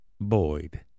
Boyd